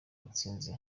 atsinze